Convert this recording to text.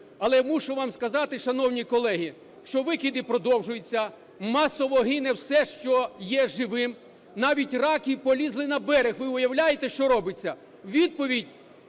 але мушу вам сказати, шановні колеги, що викиди продовжуються, масово гине все, що є живим. Навіть раки полізли на берег – ви уявляєте, що робиться! Відповідь,